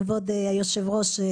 כבוד היושב-ראש,